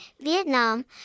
Vietnam